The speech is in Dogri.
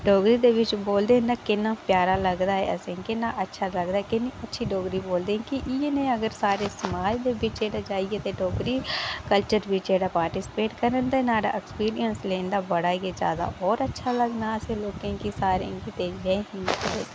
डोगरी दा किश बोलदे न ते किन्ना प्यारा लगदा ऐ असें ई ते किन्ना अच्छा लगदा ऐ ते किन्नी अच्छी बोलदे न डोगरी ते इयै निहा अगर सारे समाज च जाइयै डोगरी कल्चर बिच अगर पार्टिस्पेट करन ते न्हाड़ा एक्सपीरियंस लेई न बड़ा गै जादा होर अच्छा लग्गना असें गी लोकें गी सारें गी